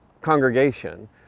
congregation